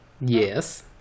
Yes